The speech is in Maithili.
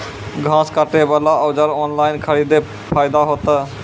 घास काटे बला औजार ऑनलाइन खरीदी फायदा होता?